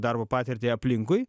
darbo patirtį aplinkui